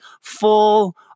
full